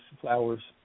flowers